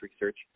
research